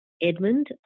Edmund